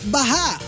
Baha